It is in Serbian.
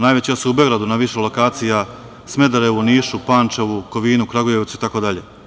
Najveća su u Beogradu na više lokacija, Smederevu, Nišu, Pančevu, Kovinu, Kragujevcu itd.